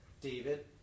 David